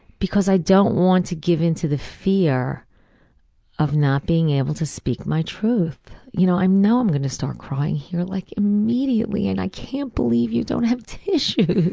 because i don't want to give into the fear of not being able to speak my truth. you know i know i'm going to start crying here like immediately and i can't believe you don't have tissues.